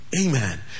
Amen